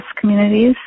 communities